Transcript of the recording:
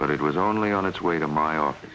but it was only on its way to my office